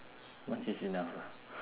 once is enough lah